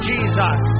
Jesus